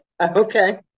Okay